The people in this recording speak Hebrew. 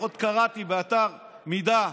לפחות קראתי באתר מידה,